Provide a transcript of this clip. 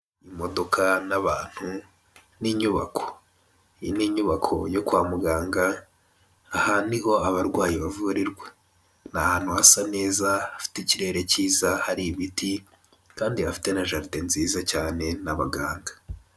Imodoka n'abantu n'inyubako, iyi n'inyubako yo kwa muganga aha niho abarwayi bavurirwa, n'ahantu hasa neza hafite ikirere cyiza hari ibiti kandi hafite na jaride nziza cyane nabaganga.